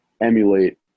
emulate